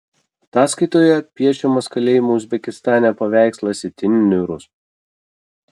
ataskaitoje piešiamas kalėjimų uzbekistane paveikslas itin niūrus